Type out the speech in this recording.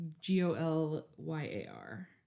G-O-L-Y-A-R